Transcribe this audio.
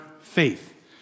faith